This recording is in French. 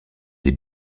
des